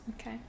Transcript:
Okay